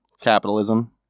capitalism